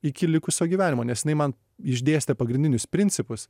iki likusio gyvenimo nes jinai man išdėstė pagrindinius principus